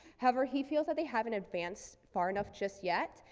however, he feels that they haven't advanced far enough just yet,